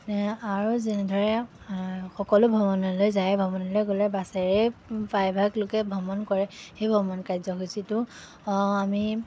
এ আৰু যেনেদৰে আ সকলো ভ্ৰমণলৈ যায় ভ্ৰমণলৈ গ'লে বাছেৰেই প্ৰায়ভাগ লোকে ভ্ৰমণ কৰে সেই ভ্ৰমণ কাৰ্যসূচীটো আ আমি